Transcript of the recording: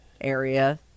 area